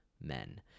men